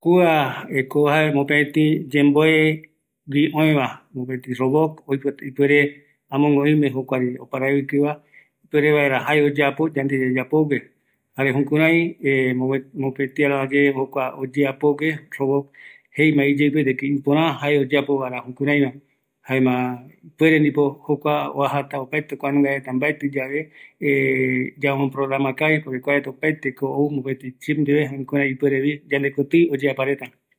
﻿Kuako jae mopeti yemboegui oëva, mopeti robot, oipota ipuere amogue oime jokuare oparaikiva, ipuere vaera jae oyapo yande yayapogue, jare jukurai mopetiaraye jokua oyeapogue robot, jeima iyeipe de que ipöraa jae oyapo vaera jukuraiva, jaema ipuere ndipo jokua oajata opaete kua nungareta mbaetiyave yamo programakavi, porque kuaretako ou opaerte chip ndie, jkurai ipuerevi yandekotii oyeapareta